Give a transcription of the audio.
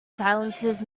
silences